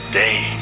day